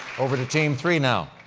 over to team three now.